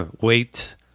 wait